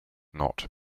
not